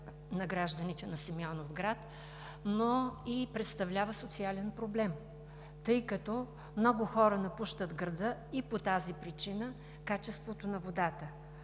на гражданите на Симеоновград, но и представлява социален проблем, тъй като много хора напускат града и по тази причина – качеството на водата.